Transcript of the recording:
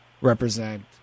represent